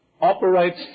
operates